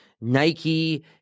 Nike